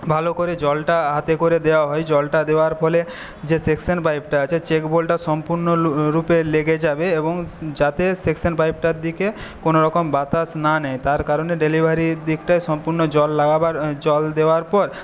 ভালো করে জলটা হাতে করে দেওয়া হয় জলটা দেওয়ার ফলে যে সেকশন পাইপটা আছে চেক হোলটা সম্পূর্ণরূপে লেগে যাবে এবং যাতে সেকশন পাইপটার দিকে কোনোরকম বাতাস না নেয় তার কারণে ডেলিভারির দিকটায় সম্পূর্ণ জল লাগাবার জল দেওয়ার পর